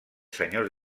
senyors